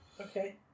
Okay